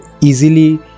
easily